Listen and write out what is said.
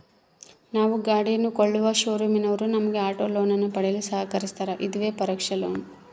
ನಾವು ಗಾಡಿಯನ್ನು ಕೊಳ್ಳುವ ಶೋರೂಮಿನವರು ನಮಗೆ ಆಟೋ ಲೋನನ್ನು ಪಡೆಯಲು ಸಹಕರಿಸ್ತಾರ, ಇದುವೇ ಪರೋಕ್ಷ ಲೋನ್